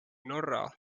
norra